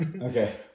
Okay